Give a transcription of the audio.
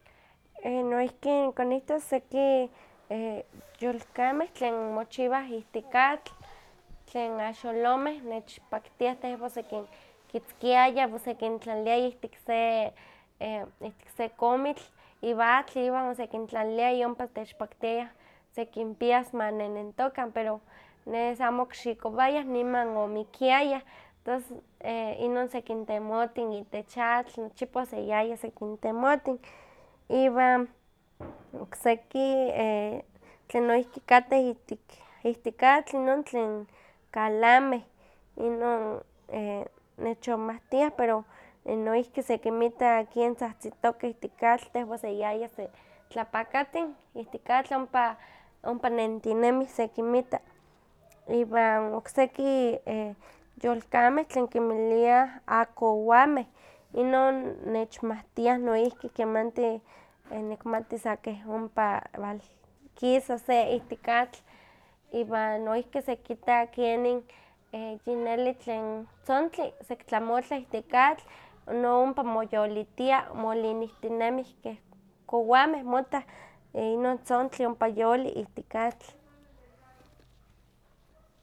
E- noihki nokonihtos seki yolkameh tlen mochiwah iktik atl, tlen axolomeh nechpaktiah, tehwan osekinkitzkiaya iwan osekintlaliaya ihtik se e- ihtik se komitl, iwan atl iwan osekintlaliliaya ompa otechpaktiaya sekinpias ma nenentokah, nes amo okixikowayah, tos e- inon sekintemotin itech atl, nochipa oseyaya sekintemotin, iwan okseki e- tlen noihki kateh ihtik- ihtik atl inon tlen kalameh, inon e- nechonmawtia, pero noihki sekinmita ken tzahtzitokeh ihtik atl, tehwan oseyaya se tlapakatin, ihtik atl ompa ompa nentinemih, sekinmita, iwan okseki e- yolkameh tlen kinmiliah akowameh, inon nechmawtiah noihki kemanti nikmati sa keh ompa walkisas se ihtik atl, iwan noihki sekita kenin yineli tlen tzontli sekitlamotla ihtik atl, noompa moyolitia, molinihtinemih keh kowameh motah, e- inon tzontli ompa yoli ihtik atl.